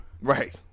Right